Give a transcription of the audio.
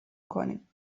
کنیم